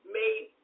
made